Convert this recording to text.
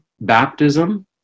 baptism